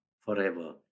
forever